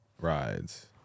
rides